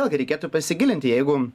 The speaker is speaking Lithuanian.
vėlgi reikėtų pasigilinti jeigu